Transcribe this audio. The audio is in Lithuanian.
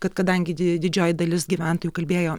kad kadangi di didžioji dalis gyventojų kalbėjo